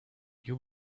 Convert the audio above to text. you